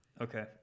Okay